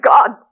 God